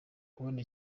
kubona